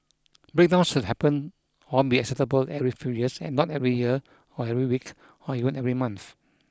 breakdowns should happen or be acceptable every few years and not every year or every week or even every month